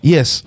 Yes